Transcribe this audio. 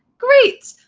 great.